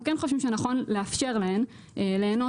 אנחנו כן חושבים שנכון לאפשר להן ליהנות